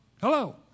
Hello